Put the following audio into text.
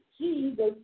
Jesus